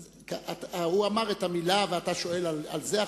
הוא אמר את המלה ואתה שואל על זה?